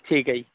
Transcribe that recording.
ਠੀਕ ਹੈ ਜੀ